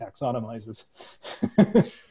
taxonomizes